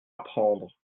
apprendre